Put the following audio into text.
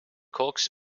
cox